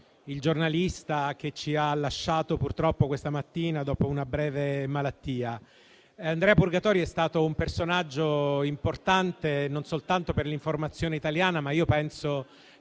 il giornalista che purtroppo ci ha lasciati, questa mattina, dopo una breve malattia. Andrea Purgatori è stato un personaggio importante, non soltanto per l'informazione italiana, ma penso